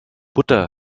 butter